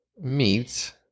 Meats